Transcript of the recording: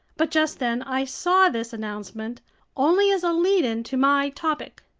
but just then i saw this announcement only as a lead-in to my topic.